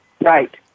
Right